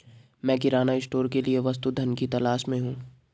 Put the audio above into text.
मैं किराना स्टोर के लिए वस्तु धन की तलाश में हूं